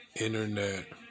internet